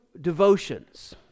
devotions